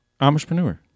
Amishpreneur